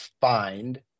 find